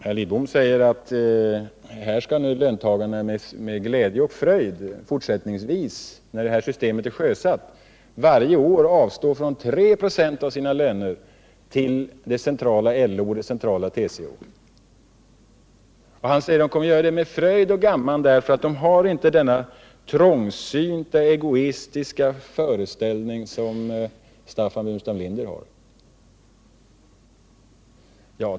Herr Lidbom säger att löntagarna fortsättningsvis, när det här systemet är sjösatt, med glädje och fröjd skall avstå från 3 96 av sina löner till det centrala LO och det centrala TCO. Han säger att de kommer att göra det med fröjd och gamman, därför att de inte har den trångsynta och egoistiska inställning som Staffan Burenstam Linder har.